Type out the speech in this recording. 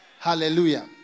Hallelujah